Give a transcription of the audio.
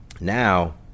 now